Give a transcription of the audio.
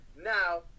Now